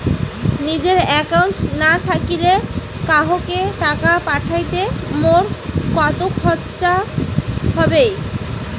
নিজের একাউন্ট না থাকিলে কাহকো টাকা পাঠাইতে মোর কতো খরচা হবে?